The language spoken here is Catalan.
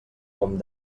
com